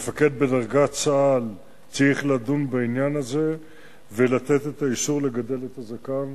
מפקד בדרגת סא"ל צריך לדון בעניין הזה ולתת את האישור לגדל את הזקן,